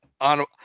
On